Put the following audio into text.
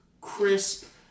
crisp